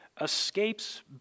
escapes